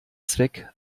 zweck